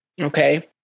Okay